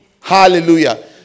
Hallelujah